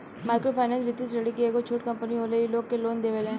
micro finance वित्तीय श्रेणी के एगो छोट कम्पनी होले इ लोग के लोन देवेले